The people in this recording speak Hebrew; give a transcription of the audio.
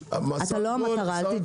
אתה לא המטרה אל תדאג.